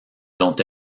dont